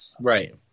right